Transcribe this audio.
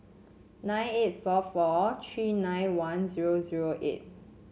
nine eight four four tree nine one zero zero eight